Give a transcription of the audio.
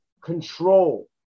control